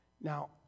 Now